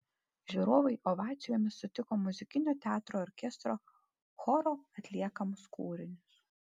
žiūrovai ovacijomis sutiko muzikinio teatro orkestro choro atliekamus kūrinius